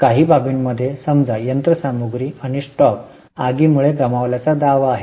काही बाबींमध्ये समजा यंत्र सामग्री आणि स्टॉक आगीमुळे गमावल्याचा दावा आहे